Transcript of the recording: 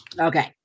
Okay